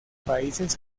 países